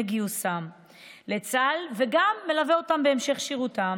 גיוסם לצה"ל וגם מלווה אותם בהמשך שירותם.